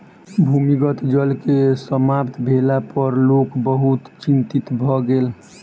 भूमिगत जल के समाप्त भेला पर लोक बहुत चिंतित भ गेल